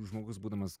žmogus būdamas